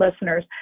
listeners